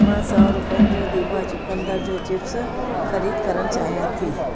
मां सौ रुपियनि जो दिभा चुकंदर जो चिप्स ख़रीद करणु चाहियां थी